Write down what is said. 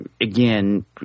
again